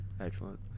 excellent